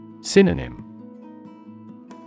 Synonym